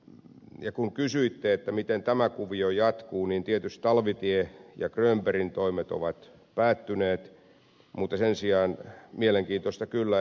ja kun kysyitte miten tämä kuvio jatkuu niin tietysti talvitien ja grönbergin toimet ovat päättyneet mutta sen sijaan mielenkiintoista kyllä ed